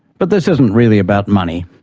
but this isn't really about money.